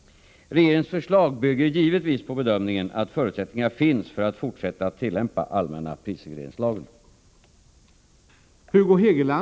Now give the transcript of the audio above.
Regeringens förslag bygger givetvis på bedömningen att förutsättningar finns för att fortsätta att tillämpa allmänna prisregleringslagen.